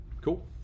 Cool